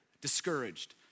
discouraged